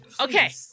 Okay